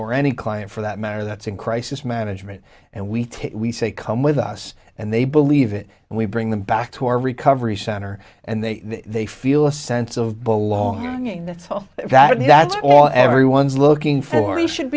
or any client for that matter that's in crisis management and we take we say come with us and they believe leave it and we bring them back to our recovery center and they they feel a sense of belonging that's all that and that's all everyone's looking for he should